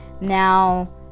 Now